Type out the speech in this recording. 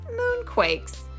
moonquakes